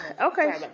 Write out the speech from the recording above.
Okay